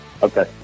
Okay